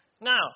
now